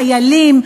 חיילים,